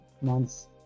months